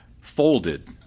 folded